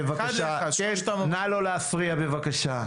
בבקשה, נא לא להפריע בבקשה.